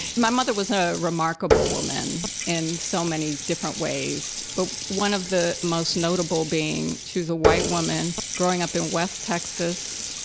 my mother was a remarkable woman in so many different ways, but one of the most notable being she was a white woman growing up in west texas,